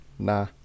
Nah